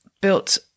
built